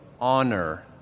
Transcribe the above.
honor